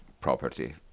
property